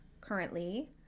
currently